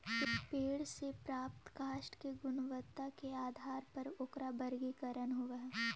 पेड़ से प्राप्त काष्ठ के गुणवत्ता के आधार पर ओकरा वर्गीकरण होवऽ हई